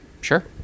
sure